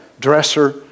dresser